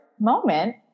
moment